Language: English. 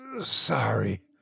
Sorry